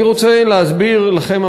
אני רוצה להסביר לכם,